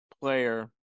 player